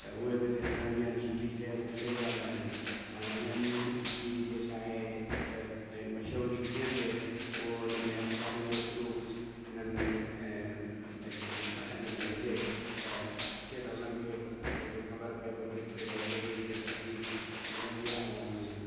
त उहे बि हिते ठहंदियूं आहिनि सुठी शइ मशहूरु आहे ॾाढी हाणे हिननि जी जेका आहे मशहूरु ई कीअं थिए उहो इन में अखबारनि जे थ्रू हिननि में ऐं पंहिंजो जेका इन में हुजे त अचे त उनन खे कंहिंखे ख़बर पए पब्लिक खे भई हिते इहा शइ सुठी मिलंदी आहे ऐं